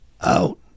out